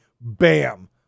bam